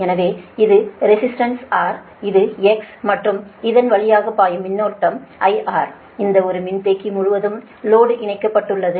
எனவே இது resistance R இது X மற்றும் இதன் வழியாக பாயும் மின்னோட்டம் IR இந்த ஒரு மின்தேக்கி முழுவதும் லோடு இணைக்கப்பட்டுள்ளது